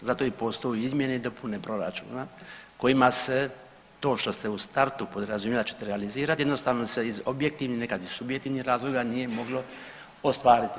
Zato i postoje izmjene i dopune proračuna kojima se to što ste u startu podrazumijevali da ćete realizirati jednostavno se iz objektivnih, nekad i subjektivnih razloga nije moglo ostvariti.